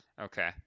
Okay